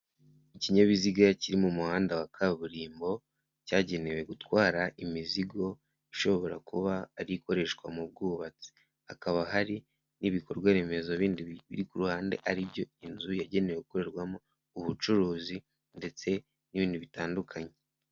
Ikinyabiziga kiri mu muhanda wa kaburimbo, cyagenewe gutwara imizigo ishobora kuba ari ikoreshwa mu bwubatsi, hakaba hari n'ibikorwa remezo bindi biri ku ruhande, ari byo inzu yagenewe gukorerwamo ubucuruzi ndetse n'ibindi bitandukanye.